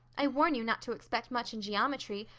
i warn you not to expect much in geometry,